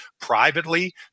privately